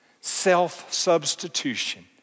self-substitution